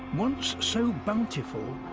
once so bountiful,